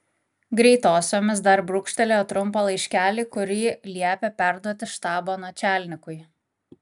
greitosiomis dar brūkštelėjo trumpą laiškelį kurį liepė perduoti štabo načialnikui